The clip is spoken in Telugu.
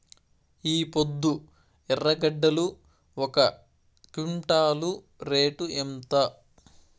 ఈపొద్దు ఎర్రగడ్డలు ఒక క్వింటాలు రేటు ఎంత?